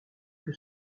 que